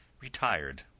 RETIRED